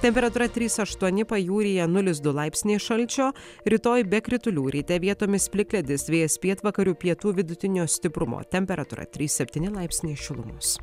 temperatūra trys aštuoni pajūryje nulis du laipsniai šalčio rytoj be kritulių ryte vietomis plikledis vėjas pietvakarių pietų vidutinio stiprumo temperatūra trys septyni laipsniai šilumos